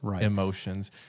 emotions